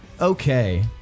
Okay